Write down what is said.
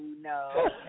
no